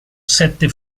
sette